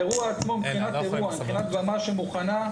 מבחינת הבמה שהיתה מונה,